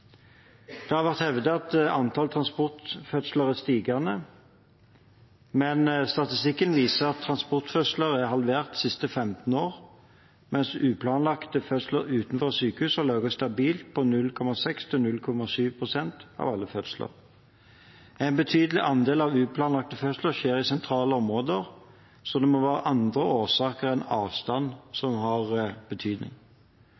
Det har vært hevdet at antall transportfødsler er stigende, men statistikken viser at antallet er halvert de siste 15 årene, mens uplanlagte fødsler utenfor sykehus har ligget stabilt på 0,6–0,7 pst. av alle fødsler. En betydelig andel av uplanlagte fødsler skjer i sentrale områder, så det må være andre årsaker enn avstand